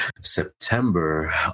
september